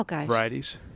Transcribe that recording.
varieties